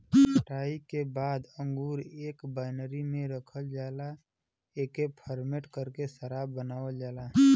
कटाई के बाद अंगूर एक बाइनरी में रखल जाला एके फरमेट करके शराब बनावल जाला